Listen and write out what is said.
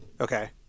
Okay